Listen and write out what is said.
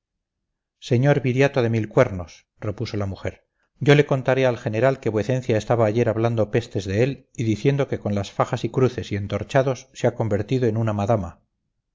señor viriato de mil cuernos repuso la mujer yo le contaré al general que vuecencia estaba ayer hablando pestes de él y diciendo que con las fajas y cruces y entorchados se ha convertido en una madama